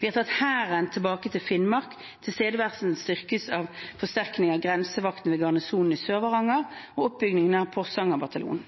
Vi har tatt Hæren tilbake til Finnmark, og tilstedeværelsen styrkes gjennom forsterking av Grensevakten ved Garnisonen i Sør-Varanger og oppbygging av Porsanger bataljon.